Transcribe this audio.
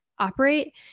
operate